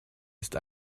ist